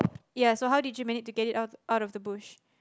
ya so how did you manage to get it out out of the bush